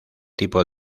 tipo